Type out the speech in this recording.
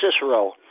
Cicero